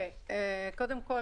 קודם כול,